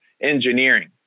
Engineering